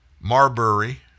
Marbury